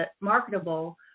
marketable